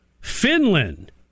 Finland